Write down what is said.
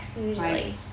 usually